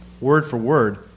word-for-word